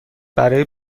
برای